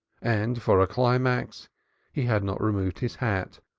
and for a climax he had not removed his hat,